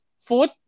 fourth